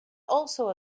also